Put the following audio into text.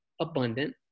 abundant